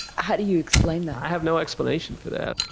how do you explain that? i have no explanation for that.